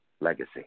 legacy